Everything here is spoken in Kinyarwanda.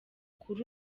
kuri